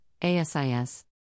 ASIS